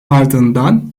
ardından